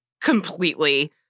completely